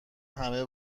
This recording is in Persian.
همه